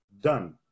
done